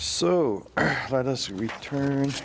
so let us return